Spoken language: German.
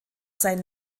sein